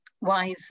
WISE